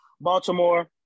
Baltimore